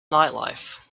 nightlife